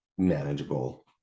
manageable